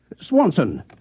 Swanson